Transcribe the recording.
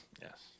Yes